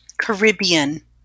Caribbean